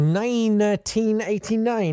1989